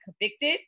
convicted